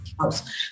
house